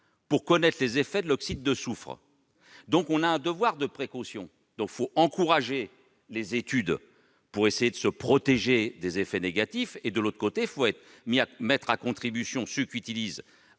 pour connaître les effets de l'oxyde de soufre. Nous avons donc un devoir de précaution : il faut, d'un côté, encourager les études pour essayer de se protéger des effets négatifs et, de l'autre, mettre à contribution ceux qui utilisent